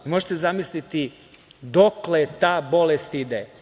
Možete zamisliti dokle ta bolest ide.